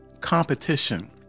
competition